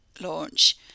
launch